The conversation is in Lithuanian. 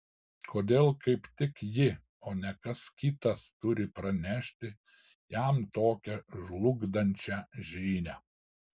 kodėl kaip tik ji o ne kas kitas turi pranešti jam tokią žlugdančią žinią